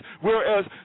whereas